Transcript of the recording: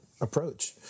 approach